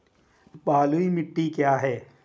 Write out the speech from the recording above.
बलुई मिट्टी क्या है?